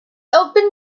open